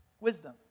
Wisdom